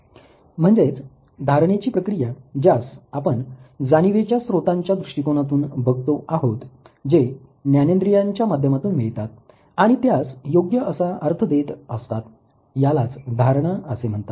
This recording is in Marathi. म्हणजेच धारणेची प्रक्रिया ज्यास आपण जाणीवेच्या स्रोतांच्या दृष्टीकोनातून बघतो आहोत जे ज्ञानेद्रीयांच्या माध्यमातून मिळतात आणि त्यास योग्य असा शक्य अर्थ देत असतात यालाच धारणा असे म्हणतात